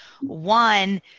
one